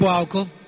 alcohol